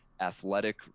athletic